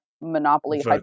monopoly